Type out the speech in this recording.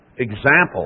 Example